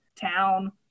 town